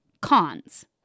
Cons